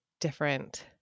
different